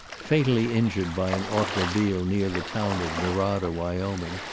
fatally injured by an automobile near the town of norada, wyoming,